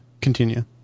continue